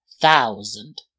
thousand